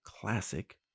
classic